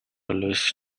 lose